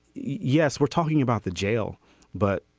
yes we're talking about the jail but